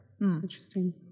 Interesting